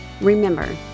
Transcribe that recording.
remember